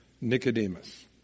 Nicodemus